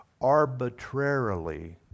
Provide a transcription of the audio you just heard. arbitrarily